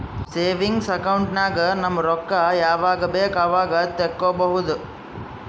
savings account ನಾಗ್ ನಮ್ ರೊಕ್ಕಾ ಯಾವಾಗ ಬೇಕ್ ಅವಾಗ ತೆಕ್ಕೋಬಹುದು